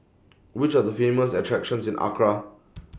Which Are The Famous attractions in Accra